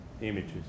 images